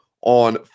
on